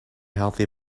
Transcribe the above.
healthy